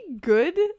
good